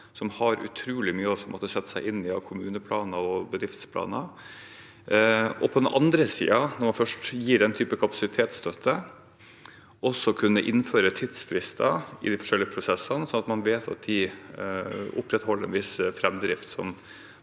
som har utrolig mye å sette seg inn i av kommuneplaner og bedriftsplaner. På den andre siden gjelder det, når man først gir slik kapasitetsstøtte, å kunne innføre tidsfrister i de forskjellige prosessene, sånn at man vet at de opprettholder en viss framdrift,